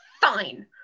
Fine